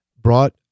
brought